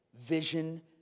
vision